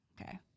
Okay